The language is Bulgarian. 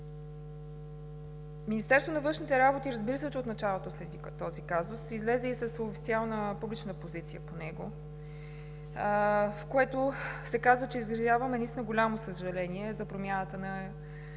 Министерството на външните работи, разбира се, от началото следи този казус и излезе с официална публична позиция по него, в което се казва, че изразяваме наистина голямо съжаление за промяната на